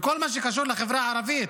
בכל מה שקשור לחברה הערבית.